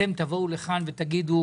תבואו לכאן ותגידו